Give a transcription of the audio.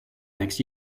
next